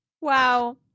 Wow